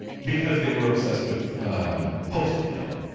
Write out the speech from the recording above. because they were obsessed with postal mail.